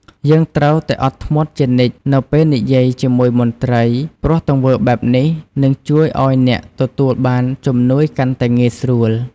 យើងត្រូវតែអត់ធ្មត់ជានិច្ចនៅពេលនិយាយជាមួយមន្ត្រី ព្រោះទង្វើបែបនេះ នឹងជួយឱ្យអ្នកទទួលបានជំនួយកាន់តែងាយស្រួល។